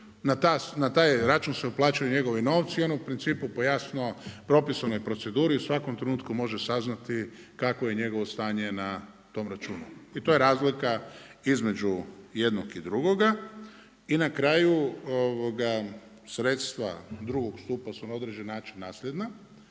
na taj račun se uplaćuju njegovi novci i on u principu po jasno propisanoj proceduri u svakom trenutku može saznati kako je njegovo stanje na tom računu i to je razlika između jednog i drugoga. I na kraju sredstva drugog stupa su na određeni način nasljedna,